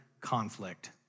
conflict